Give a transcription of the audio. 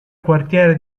quartiere